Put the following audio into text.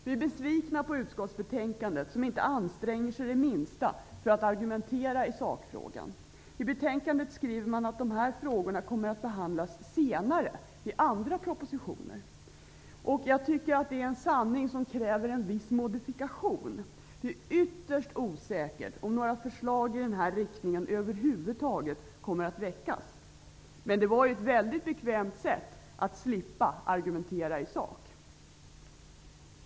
Vi är besvikna på utskottsbetänkandet, där man inte anstränger sig det minsta för att argumentera i sakfrågan. I betänkandet skriver man att dessa frågor kommer att behandlas senare, i andra propositioner. Jag tycker att det en sanning som kräver en viss modifikation. Det är ytterst osäkert om några förslag i den här riktningen över huvud taget kommer att väckas. Men det var ett mycket bekvämt sätt för utskottet att slippa argumentera i sak.